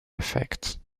effect